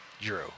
Drew